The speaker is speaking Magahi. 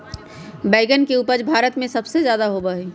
बैंगन के उपज भारत में सबसे ज्यादा होबा हई